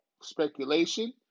speculation